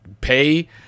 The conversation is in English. pay